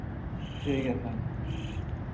ᱴᱷᱤᱠ ᱜᱮᱭᱟ ᱛᱟᱦᱞᱮ